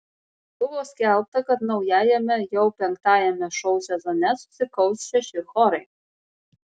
buvo skelbta kad naujajame jau penktajame šou sezone susikaus šeši chorai